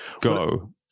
go